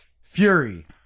Fury